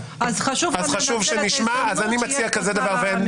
אז חשוב לנו לנצל את ההזדמנות שיהיה פה שר המשפטים.